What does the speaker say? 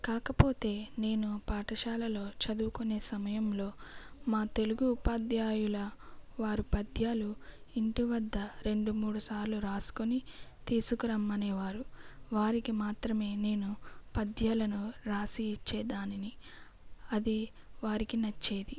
కాకపోతే నేను పాఠశాలలో చదువుకునే సమయంలో మా తెలుగు ఉపాధ్యాయుల వారు పద్యాలు ఇంటి వద్ద రెండు మూడు సార్లు రాసుకుని తీసుకురమ్మని అనేవారు వారికి మాత్రమే నేను పద్యాలను రాసి ఇచ్చేదానిని అది వారికి నచ్చేది